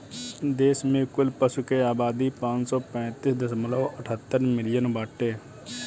देश में कुल पशु के आबादी पाँच सौ पैंतीस दशमलव अठहत्तर मिलियन बाटे